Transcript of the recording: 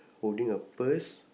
holding a purse